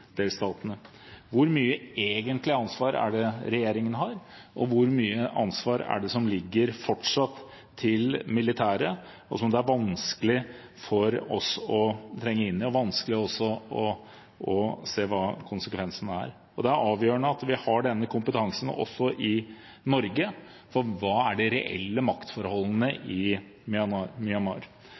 hvor mye ansvar det er regjeringen egentlig har, og hvor mye ansvar det er som fortsatt ligger til militæret. Det er det vanskelig for oss å trenge inn i, og det er også vanskelig å se hva konsekvensene er. Det er avgjørende at vi har den kompetansen også i Norge, om hva de reelle maktforholdene i Myanmar